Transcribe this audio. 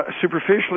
superficially